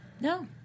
No